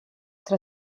tra